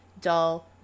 Dull